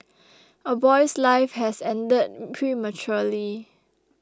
a boy's life has ended prematurely